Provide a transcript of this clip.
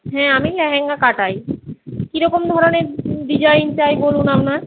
হ্যাঁ আমি লেহেঙ্গা কাটাই কী রকম ধরনের ডিজাইন চাই বলুন আপনার